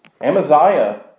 Amaziah